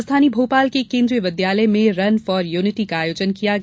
राजधानी भोपाल के केन्द्रीय विद्यालय में रन फॉर यूनिटी का आयोजन किया गया